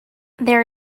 there